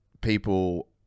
people